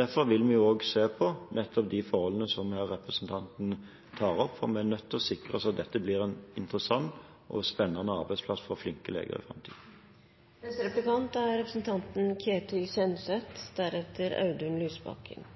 Derfor vil vi se på nettopp de forholdene som representanten tar opp, for vi er nødt til å sikre oss at dette blir en interessant og spennende arbeidsplass for flinke leger i framtiden. I Nederland er